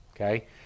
okay